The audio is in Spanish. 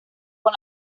con